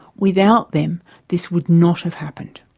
without them this would not have happened.